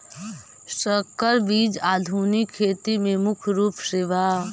संकर बीज आधुनिक खेती में मुख्य रूप से बा